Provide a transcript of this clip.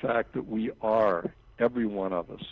fact that we are every one of us